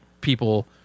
people